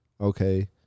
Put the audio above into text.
Okay